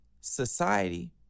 society